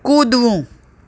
કૂદવું